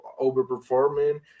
overperforming